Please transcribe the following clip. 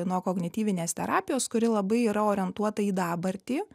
nuo kognityvinės terapijos kuri labai yra orientuota į dabartį